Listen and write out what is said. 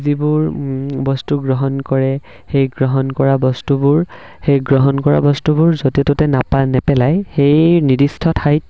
যিবোৰ বস্তু গ্ৰহণ কৰে সেই গ্ৰহণ কৰা বস্তুবোৰ সেই গ্ৰহণ কৰা বস্তুবোৰ য'তে ত'তে নেপেলায় সেই নিৰ্দিষ্ট ঠাইত